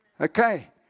Okay